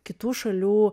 kitų šalių